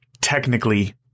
technically